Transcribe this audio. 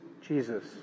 Jesus